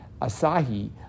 Asahi